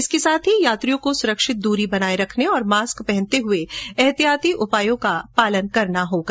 इसके साथ ही यात्रियों को सुरक्षित दूरी बनाए रखने तथा मास्क पहनते हए एहतियाती उपायों का पालन करना होगा